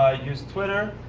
ah use twitter,